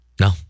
No